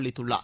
அளித்துள்ளார்